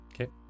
Okay